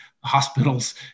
hospitals